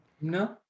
No